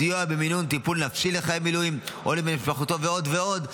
סיוע במימון טיפול נפשי לחייל מילואים או למשפחתו ועוד ועוד.